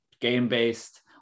game-based